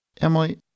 Emily